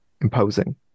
imposing